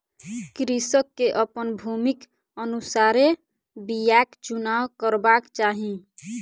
कृषक के अपन भूमिक अनुसारे बीयाक चुनाव करबाक चाही